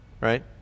right